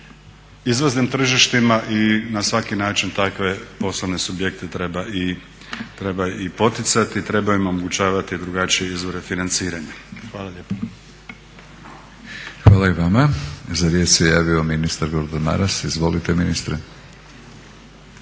izlaznim tržištima i na svaki način takve poslovne subjekte treba i poticati, treba im omogućavati drugačije izvore financiranja. Hvala lijepa. **Batinić, Milorad (HNS)** Hvala i vama. Za riječ se javio ministar Gordan Maras. Izvolite ministre.